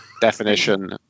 Definition